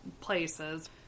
places